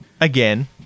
Again